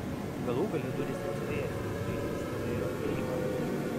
galų gale durys atsivėrė prie jų stovėjo eiva